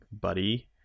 buddy